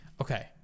Okay